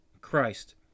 Christ